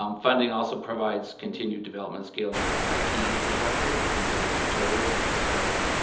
um funding also provides continued development scaling of our i t. infrastructure, printing of materials which we started